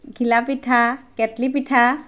ঘিলা পিঠা কেটলি পিঠা